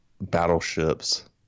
battleships